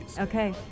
Okay